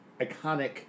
iconic